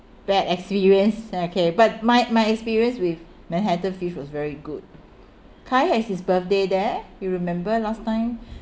bad experience okay but my my experience with manhattan fish was very good kai has his birthday there you remember last time